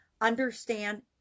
understand